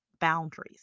boundaries